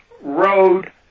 Road